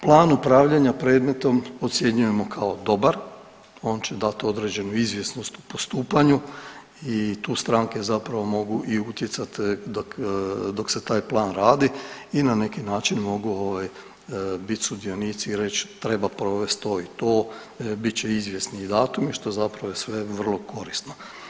Plan upravljanja predmetom ocjenjujemo kao dobar, on će dat određenu izvjesnost u postupanju i tu stranke zapravo mogu i utjecat dok, dok se taj plan radi i na neki način mogu ovaj bit sudionici i reć treba provest to i to, bit će izvjesni i datum što zapravo je sve vrlo korisno.